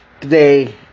today